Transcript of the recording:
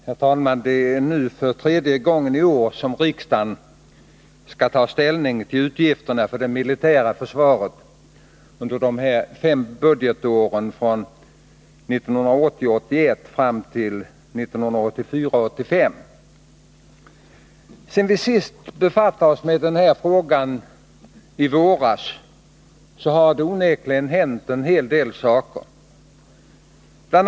Herr talman! Det är nu för tredje gången detta år som riksdagen skall ta ställning till utgifterna för det militära försvaret under de fem budgetåren 1980 85. Sedan vi sist befattade oss med den här frågan i våras har det onekligen hänt en del saker. Bl.